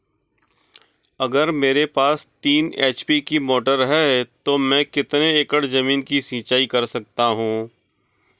अगर मेरे पास तीन एच.पी की मोटर है तो मैं कितने एकड़ ज़मीन की सिंचाई कर सकता हूँ?